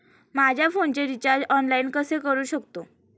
माझ्या फोनचे recharge online कसे करू शकतो?